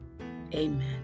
amen